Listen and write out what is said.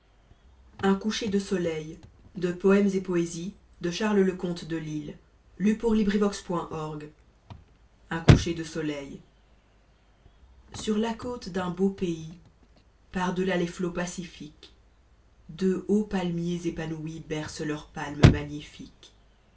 un coucher de soleil sur la côte d'un beau pays par deta les flots pacifiques deux hauts palmiers épanouis bercent leurs palmes magnifiques